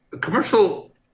commercial